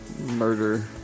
murder